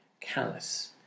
callous